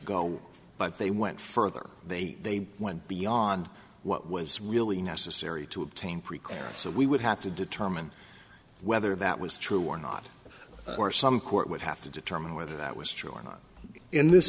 go but they went further they went beyond what was really necessary to obtain pre clearance so we would have to determine whether that was true or not or some court would have to determine whether that was true or not in this